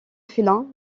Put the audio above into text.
félin